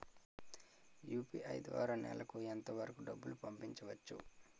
UPI ద్వారా నెలకు ఎంత వరకూ డబ్బులు పంపించవచ్చు?